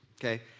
okay